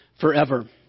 forever